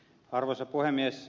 arvoisa puhemies